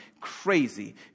crazy